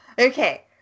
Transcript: Okay